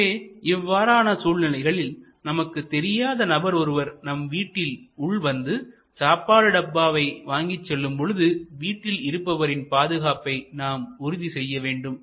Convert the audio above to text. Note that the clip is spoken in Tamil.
எனவே இவ்வாறான சூழ்நிலைகளில்நமக்கு தெரியாத நபர் ஒருவர் நம் வீட்டில் உள் வந்து சாப்பாடு டப்பா வாங்கிச் செல்லும் பொழுது வீட்டில் இருப்பவரின் பாதுகாப்பை நாம் உறுதி செய்ய வேண்டும்